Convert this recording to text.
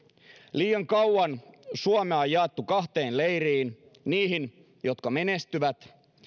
liian kauan suomea on jaettu kahteen leiriin niihin jotka menestyvät